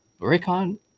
raycon